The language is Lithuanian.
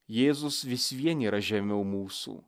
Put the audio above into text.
jėzus vis vien yra žemiau mūsų